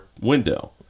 window